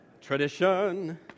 tradition